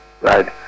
right